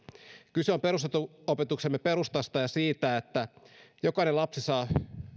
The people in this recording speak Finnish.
kyse on perusopetuksemme perustasta ja siitä että jokainen lapsi saa